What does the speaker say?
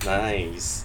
nice